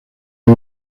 los